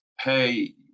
Hey